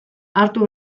hartu